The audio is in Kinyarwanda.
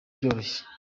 byoroshye